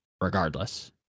regardless